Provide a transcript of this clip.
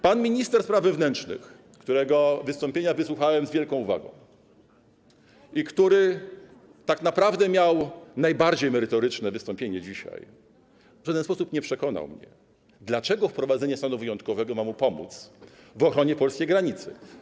Pan minister spraw wewnętrznych, którego wystąpienia wysłuchałem z wielką uwagą i który tak naprawdę miał dzisiaj najbardziej merytoryczne wystąpienie, w żaden sposób nie przekonał mnie, dlaczego wprowadzenie stanu wyjątkowego ma mu pomóc w ochronie polskiej granicy.